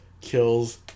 kills